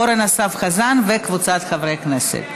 אורן אסף חזן וקבוצת חברי הכנסת.